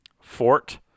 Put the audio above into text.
Fort